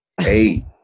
hey